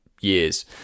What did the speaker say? years